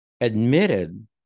admitted